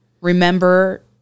remember